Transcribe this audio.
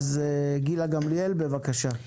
גילה גמליאל, בבקשה.